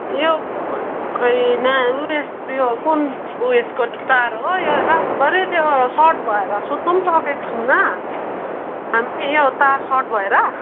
यो खोई ना उइस यो कुन उइसको तार हो यो रातभरि त्यो सट भएर सुत्नु पनि सकेको छुइनँ हामी यो तार सट भएर